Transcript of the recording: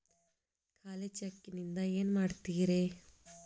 ಖಾಲಿ ಚೆಕ್ ನಿಂದ ಏನ ಮಾಡ್ತಿರೇ?